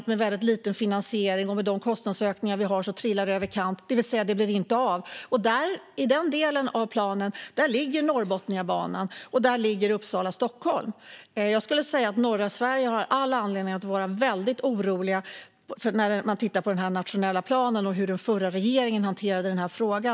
Det finns väldigt lite finansiering, och med de kostnadsökningar vi har trillar det över kanten och blir alltså inte av. I den delen av planen ligger Norrbotniabanan och Uppsala-Stockholm. Jag skulle säga att människor i norra Sverige har all anledning att vara väldigt oroliga när de tittar på den nationella planen och på hur den förra regeringen hanterade denna fråga.